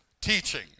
teaching